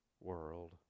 world